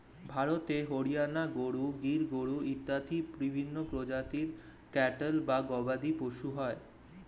ভারতে হরিয়ানা গরু, গির গরু ইত্যাদি বিভিন্ন প্রজাতির ক্যাটল বা গবাদিপশু হয়